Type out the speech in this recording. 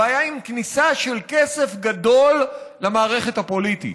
הבעיה היא עם כניסה של כסף גדול למערכת הפוליטית.